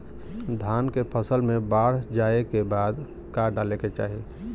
धान के फ़सल मे बाढ़ जाऐं के बाद का डाले के चाही?